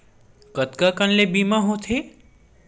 कतका कन ले बीमा होथे?